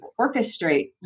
orchestrate